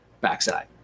backside